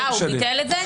אה, הוא ביטל את זה?